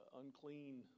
unclean